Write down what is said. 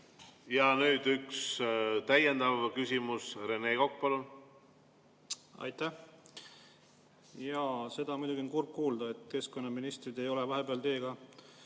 Ja nüüd üks täiendav küsimus. Rene Kokk, palun! Aitäh! Seda on muidugi kurb kuulda, et keskkonnaministrid ei ole vahepeal teiega